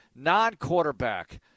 non-quarterback